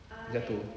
jatuh